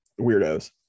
weirdos